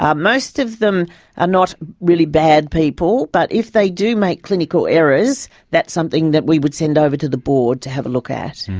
um most of them are not really bad people but if they do make clinical errors that's something that we would send over to the board to have a look at.